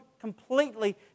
completely